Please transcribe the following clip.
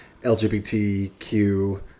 LGBTQ